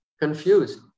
confused